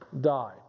die